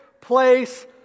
place